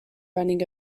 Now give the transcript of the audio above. running